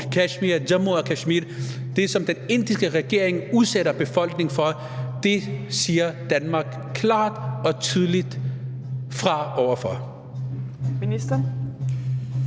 i Jammu og Kashmir, og som den indiske regering udsætter befolkningen for, siger Danmark klart og tydeligt fra overfor.